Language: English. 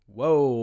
Whoa